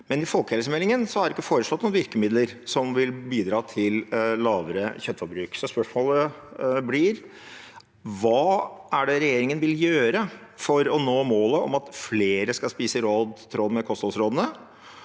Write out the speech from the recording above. Men i folkehelsemeldingen er det ikke foreslått noen virkemidler som vil bidra til lavere kjøttforbruk. Så spørsmålet blir: Hva er det regjeringen vil gjøre for å nå målet om at flere skal spise i tråd med kostholdsrådene,